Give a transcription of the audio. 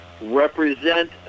represent